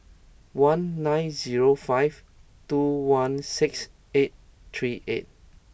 one nine zero five two one six eight three eight